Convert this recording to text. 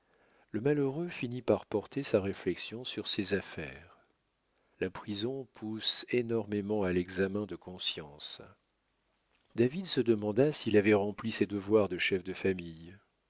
le malheureux finit par porter sa réflexion sur ses affaires la prison pousse énormément à l'examen de conscience david se demanda s'il avait rempli ses devoirs de chef de famille